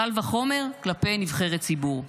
קל וחומר כלפי נבחרת ציבור.